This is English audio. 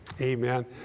Amen